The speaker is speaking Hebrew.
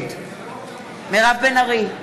נגד מירב בן ארי,